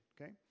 okay